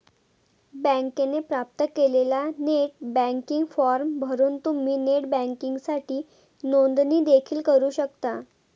बँकेने प्राप्त केलेला नेट बँकिंग फॉर्म भरून तुम्ही नेट बँकिंगसाठी नोंदणी देखील करू शकता